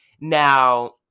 Now